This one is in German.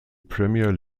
premier